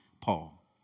Paul